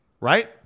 right